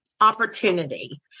opportunity